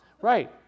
Right